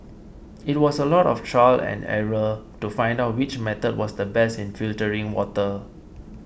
it was a lot of trial and error to find out which method was the best in filtering water